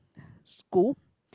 school